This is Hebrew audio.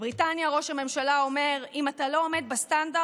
בבריטניה ראש הממשלה אומר: אם אתה לא עומד בסטנדרט,